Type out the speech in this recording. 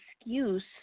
excuse